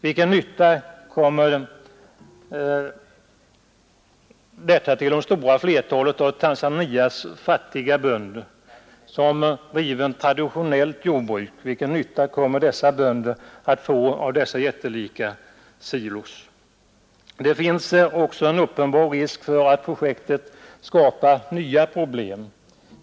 Vilken nytta kommer det stora flertalet av Tanzanias fattiga bönder, som bedriver traditionellt jordbruk, att få av dessa jättelika silos? Det finns också en uppenbar risk för att projektet skapar nya problem.